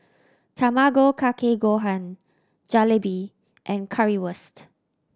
Tamago Kake Gohan Jalebi and Currywurst